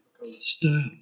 style